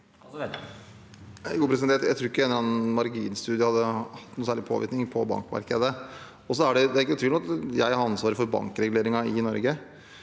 Jeg tror ikke en marginstudie hadde hatt noen særlig påvirkning på bankmarkedet. Det er ikke tvil om at jeg har ansvaret for bankreguleringen i Norge,